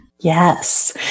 Yes